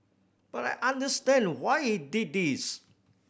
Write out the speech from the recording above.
but I understand why he did this